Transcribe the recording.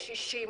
קשישים,